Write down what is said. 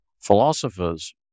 Philosophers